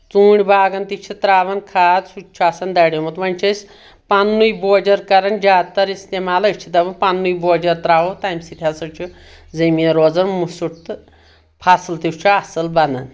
ژوٗنٛٹھۍ باغن تہِ چھِ ترٛاوَن کھاد سُہ تہِ چھُ آسان دریومُت وۄنۍ چھِ أسۍ پَننُے بوجر کران زیادٕ تر اِستعمال أسۍ چھِ دَپان پَننُے بوجر ترٛاوو تَمہِ سۭتۍ ہسا چھُ زٔمیٖن روزان مُسُٹھ تہٕ فصٕل تہِ چھُ اَصٕل بَنان